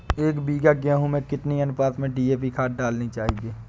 एक बीघे गेहूँ में कितनी अनुपात में डी.ए.पी खाद डालनी चाहिए?